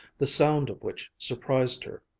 the sound of which surprised her,